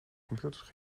computers